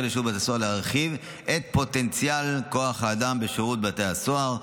לשירות בתי הסוהר להרחיב את פוטנציאל כוח האדם בשירות בתי הסוהר,